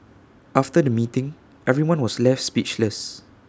after the meeting everyone was left speechless